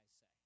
say